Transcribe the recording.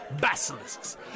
Basilisks